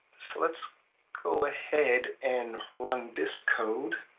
so let's go ahead and run this code.